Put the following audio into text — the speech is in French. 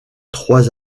trois